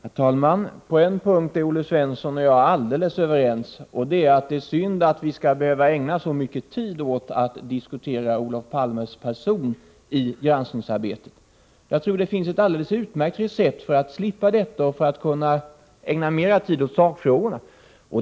Herr talman! På en punkt är Olle Svensson och jag alldeles överens, nämligen att det är synd att vi i granskningsarbetet skall behöva ägna så mycken tid åt att diskutera Olof Palmes person. Jag tror att det finns ett alldeles utmärkt recept för att slippa detta, så att vi kan ägna mer tid åt sakfrågorna.